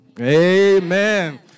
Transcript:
Amen